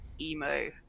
emo